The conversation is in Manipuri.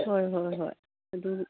ꯍꯣꯏ ꯍꯣꯏ ꯍꯣꯏ ꯑꯗꯨ